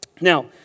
Now